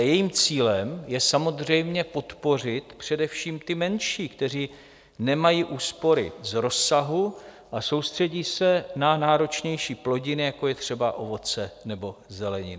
Ale jejím cílem je samozřejmě podpořit především ty menší, kteří nemají úspory z rozsahu a soustředí se na náročnější plodiny, jako je třeba ovoce nebo zelenina.